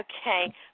Okay